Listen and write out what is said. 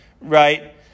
right